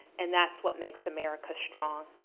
and that's what makes america strong.